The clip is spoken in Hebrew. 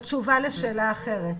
זו תשובה לשאלה אחרת.